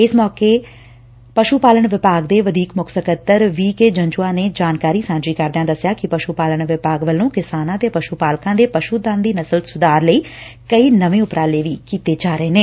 ਇਸ ਮੌਕੇ ਪਸ਼ੂ ਪਾਲਣ ਵਿਭਾਗ ਦੇ ਵਧੀਕ ਮੁੱਖ ਸਕੱਤਰ ਵੀ ਕੇ ਜੰਜੂਆ ਨੇ ਜਾਣਕਾਰੀ ਸਾਂਝੀ ਕਰਦਿਆਂ ਦੱਸਿਆ ਕਿ ਪਸ਼ੂ ਪਾਲਣ ਵਿਭਾਗ ਵੱਲੋਂ ਕਿਸਾਨਾਂ ਪਸ਼ੂ ਪਾਲਕਾਂ ਦੇ ਪਸ਼ੂਧਨ ਦੀ ਨਸਲ ਸੁਧਾਰ ਲਈ ਕਈ ਨਵੇਂ ਉਪਰਾਲੇ ਕੀਤੇ ਜਾ ਰਹੇ ਨੇ